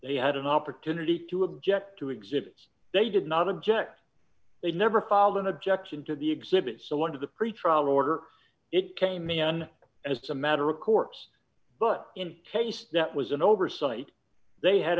they had an opportunity to object to exhibits they did not object they never filed an objection to the exhibits so one of the pretrial order it came in as a matter of course but in case that was an oversight they had